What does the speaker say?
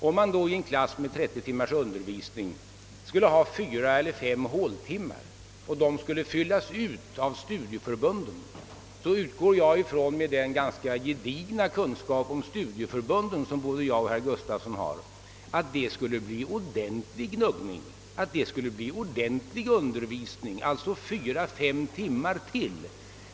Om man då i en klass med 30 timmars undervisning har fyra eller fem håltimmar och de skall fyllas ut av ett studieförbund, utgår jag från, med den gedigna kunskap om studieförbunden som både herr Gustavsson i Alvesta och jag har, att det skulle bli ordentlig undervisning under dessa fyra eller fem timmar.